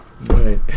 Right